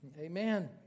Amen